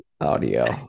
audio